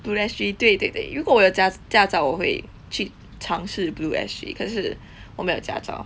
blue S_G 对对对如果我有驾照我会去尝试 blue S_G 可是我没有驾照